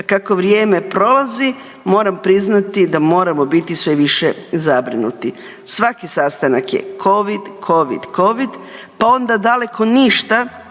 Kako vrijeme prolazi, moram priznati da moramo biti sve više zabrinuti. Svaki sastanak je Covid, Covid, Covid, pa onda daleko ništa